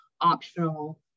optional